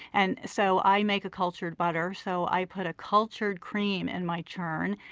and so i make a cultured butter, so i put a cultured cream in my churn.